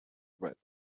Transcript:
with